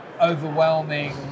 overwhelming